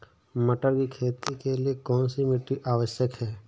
मटर की खेती के लिए कौन सी मिट्टी आवश्यक है?